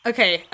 Okay